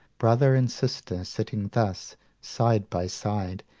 brother and sister, sitting thus side by side,